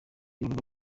n’uruva